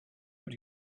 but